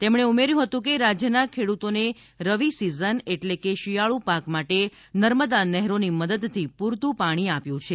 તેમણે ઉમેર્યું હતું કે રાજ્યના ખેડૂતોને રવિ સિઝન એટલે કે શિયાળુ પાક માટે નર્મદા નહેરોની મદદથી પુરતુ પાણી આપ્યું છે